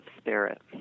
spirit